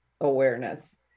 awareness